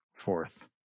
fourth